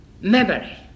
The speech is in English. memory